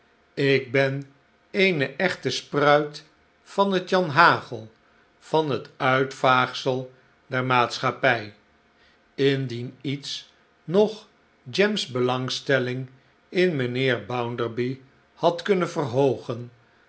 ik ben eene echte spruit van het janhagel van het uitvaagsel der maatschappij indien iets nog jem's belangstelling in mijnheer bounderby had kunnen verhoogen